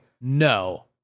no